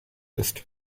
ist